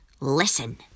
listen